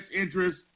interest